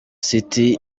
city